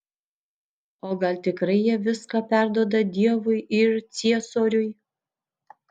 o gal tikrai jie viską perduoda dievui ir ciesoriui